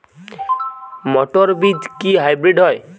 মটর বীজ কি হাইব্রিড হয়?